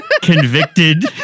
convicted